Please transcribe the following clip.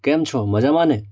કેમ છો મજામાં ને